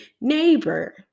neighbor